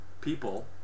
people